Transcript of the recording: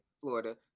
Florida